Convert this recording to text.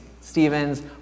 Stephen's